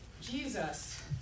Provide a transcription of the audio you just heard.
Jesus